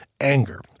anger